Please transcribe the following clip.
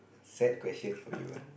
sad question for you ah